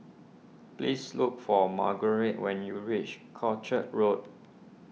please look for Margurite when you reach Croucher Road